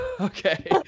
okay